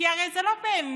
כי הרי זה לא באמת